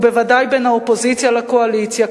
ובוודאי בין האופוזיציה לקואליציה,